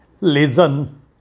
Listen